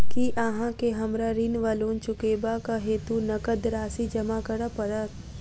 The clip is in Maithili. की अहाँ केँ हमरा ऋण वा लोन चुकेबाक हेतु नगद राशि जमा करऽ पड़त?